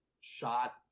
shot